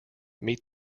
meet